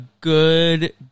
good